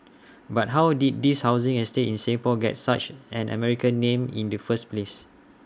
but how did this housing estate in Singapore get such an American name in the first place